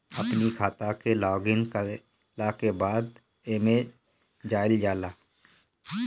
अपनी खाता के लॉगइन कईला के बाद एमे जाइल जाला